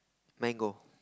mango